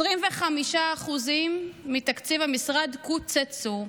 25% מתקציב המשרד קוצצו,